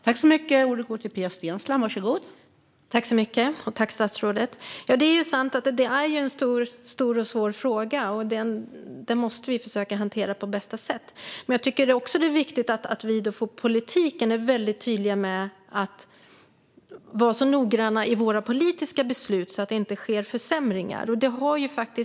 Fru talman! Jag tackar statsrådet. Det är sant att det är en stor och svår fråga som vi måste försöka hantera på bästa sätt. Det är viktigt att vi från politiken är så noga i våra politiska beslut att det inte sker försämringar.